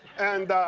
and